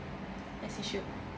as it should